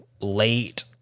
late